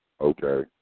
Okay